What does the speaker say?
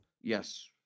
yes